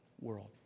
world